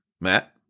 Matt